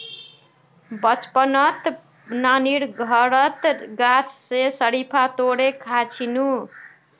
बचपनत नानीर घरत गाछ स शरीफा तोड़े खा छिनु